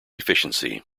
efficiency